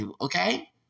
Okay